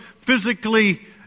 physically